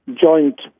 joint